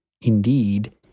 Indeed